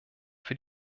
für